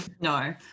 No